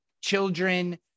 children